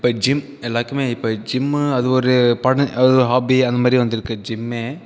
இப்போ ஜிம் எல்லாத்துக்குமே இப்போ ஜிம் அது ஒரு ஹாபி அது மாதிரி வந்துருக்குத ஜிம்மே